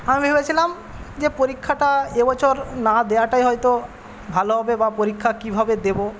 আমি ভেবেছিলাম যে পরীক্ষাটা এবছর না দেওয়াটাই হয়তো ভালো হবে বা পরীক্ষা কীভাবে দেব